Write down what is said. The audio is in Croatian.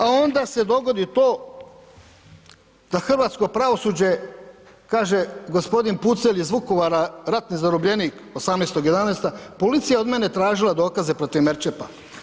A onda se dogodi to da hrvatsko pravosuđe kaže, g. Pucelj iz Vukovara, ratni zarobljenik 18.11., policija je od mene tražila dokaze protiv Merčepa.